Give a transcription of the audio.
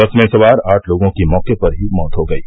बस में सवार आठ लोगों की मौके पर ही मौत हो गयी